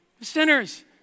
Sinners